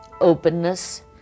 openness